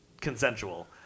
consensual